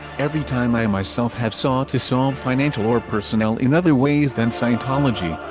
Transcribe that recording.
every time i myself have sought to solve financial or personnel in other ways than scientology,